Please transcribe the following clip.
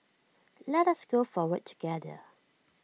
let us go forward together